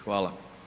Hvala.